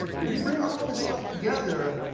but if you bring all this stuff together,